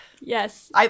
Yes